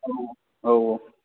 औ औ